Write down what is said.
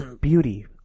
beauty